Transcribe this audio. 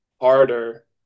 harder